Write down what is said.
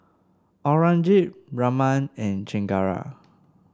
Aurangzeb Raman and Chengara